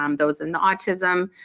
um those in the autism